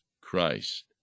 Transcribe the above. Christ